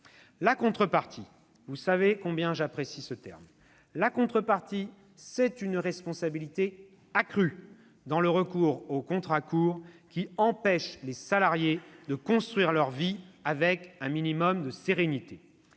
La contrepartie- vous savez combien j'apprécie ce terme -, c'est une responsabilité accrue dans le recours aux contrats courts, qui empêchent les salariés de construire leur vie avec un minimum de sérénité.